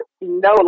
no